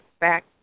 Back